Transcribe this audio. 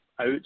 out